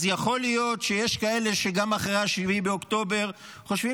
אז יכול להיות שיש כאלה שגם אחרי 7 באוקטובר חושבים